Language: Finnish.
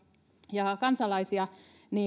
ja kansalaisia